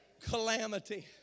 Calamity